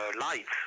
lights